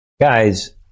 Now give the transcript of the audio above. guys